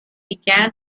began